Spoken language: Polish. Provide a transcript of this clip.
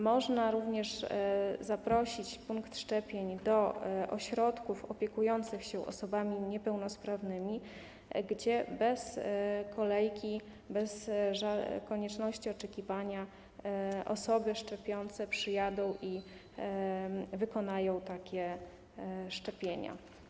Można również zaprosić punkt szczepień do ośrodków opiekujących się osobami niepełnosprawnymi, gdzie bez kolejki, bez konieczności oczekiwania osoby szczepiące przyjadą i wykonają szczepienia.